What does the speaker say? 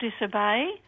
disobey